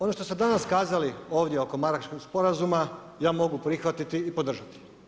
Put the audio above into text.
Ono što ste danas kazali ovdje oko Marrakechkog sporazuma ja mogu prihvatiti i podržati.